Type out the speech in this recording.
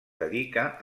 dedica